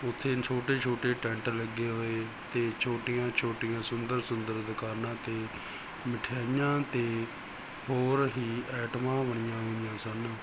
ਉਥੇ ਛੋਟੇ ਛੋਟੇ ਟੈਂਟ ਲੱਗੇ ਹੋਏ ਤੇ ਛੋਟੀਆਂ ਛੋਟੀਆਂ ਸੁੰਦਰ ਸੁੰਦਰ ਦੁਕਾਨਾ ਤੇ ਮਿਠਿਆਈਆਂ ਤੇ ਹੋਰ ਹੀ ਐਟਮਾਂ ਬਣੀਆਂ ਹੋਈਆਂ ਸਨ